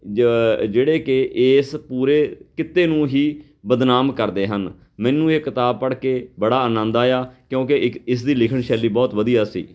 ਜ ਜਿਹੜੇ ਕਿ ਇਸ ਪੂਰੇ ਕਿੱਤੇ ਨੂੰ ਹੀ ਬਦਨਾਮ ਕਰਦੇ ਹਨ ਮੈਨੂੰ ਇਹ ਕਿਤਾਬ ਪੜ੍ਹ ਕੇ ਬੜਾ ਆਨੰਦ ਆਇਆ ਕਿਉਂਕਿ ਇੱਕ ਇਸ ਦੀ ਲਿਖਣ ਸ਼ੈਲੀ ਬਹੁਤ ਵਧੀਆ ਸੀ